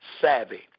savvy